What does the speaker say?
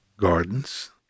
gardens